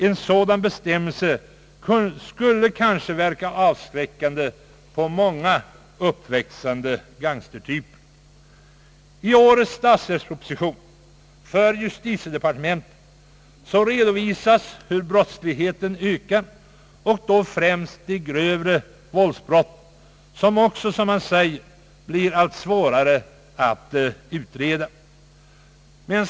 En sådan bestämmelse skulle kanske verka avskräckande på många uppväxande gangstertyper. I statsverkspropositionens bilaga för justitiedepartementet detta år redovisas ökningen av brottsligheten, därvid främst de grövre våldsbrotten, vilka enligt vad man uttalar blir allt svårare att utreda.